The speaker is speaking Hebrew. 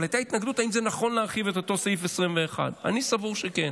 אבל הייתה התנגדות אם זה נכון להרחיב את אותו סעיף 21. אני סבור שכן,